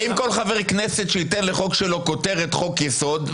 .האם כל חבר כנסת שייתן לחוק שלו כותרת חוק יסוד,